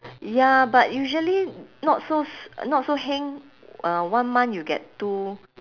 ya but usually not so s~ not so heng uh one month you get two